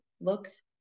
looks